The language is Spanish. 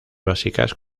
básicas